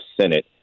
Senate